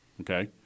Okay